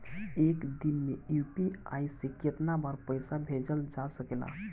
एक दिन में यू.पी.आई से केतना बार पइसा भेजल जा सकेला?